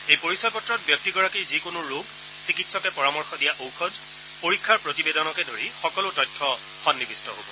এই পৰিচয় পত্ৰত ব্যক্তিগৰাকীৰ যিকোনো ৰোগ চিকিৎসকে পৰামৰ্শ দিয়া ঔষধ পৰীক্ষাৰ প্ৰতিবেদনকে ধৰি সকলো তথ্য সন্নিবিষ্ট হব